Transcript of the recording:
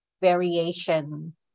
variation